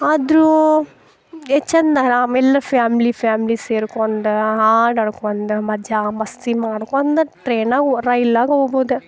ಆದರೂ ಹೆಚ್ಚಂದ್ರೆ ಆರಾಮ ಇಲ್ಲ ಫ್ಯಾಮ್ಲಿ ಫ್ಯಾಮ್ಲಿ ಸೇರ್ಕೊಂಡು ಹಾಡು ಹಾಡ್ಕೊಂಡು ಮಜಾ ಮಸ್ತಿ ಮಾಡ್ಕೊಂಡು ಟ್ರೇನಾ ರೈಲಿನಾಗ ಹೋಗ್ಬೋದು